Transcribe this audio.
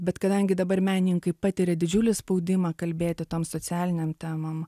bet kadangi dabar menininkai patiria didžiulį spaudimą kalbėti tom socialinėm temom